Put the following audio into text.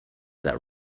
that